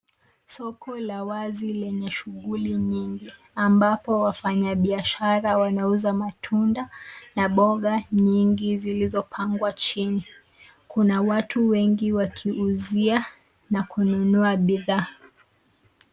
Soko la wazi lenye shughuli nyingi ambapo wafanyi biashara wanauza matunda na boga nyingi zilizopangwa chini. Kuna watu wengi wakiuzia na kununua bidhaa.